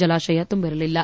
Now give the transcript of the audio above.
ಜಲಾಶಯ ತುಂಬಿರಲಿಲ್ಲ